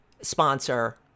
sponsor